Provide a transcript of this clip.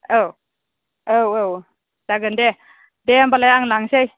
औ औ औ जागोन दे दे होनबालाय आं लांनोसै